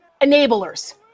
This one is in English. enablers